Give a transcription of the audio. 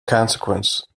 consequence